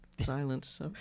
silence